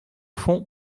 fond